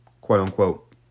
quote-unquote